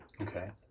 Okay